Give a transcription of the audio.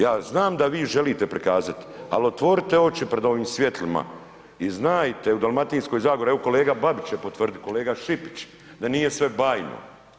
Ja znam da vi želite prikazati ali otvorite oči pred ovim svjetlima i znajte u Dalmatinskoj zagori, evo kolega Babić će potvrditi, kolega Šipić da nije sve bajno.